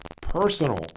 personal